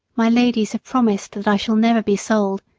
my ladies have promised that i shall never be sold,